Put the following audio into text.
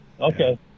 Okay